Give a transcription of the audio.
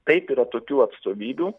taip yra tokių atstovybių